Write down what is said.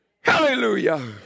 Hallelujah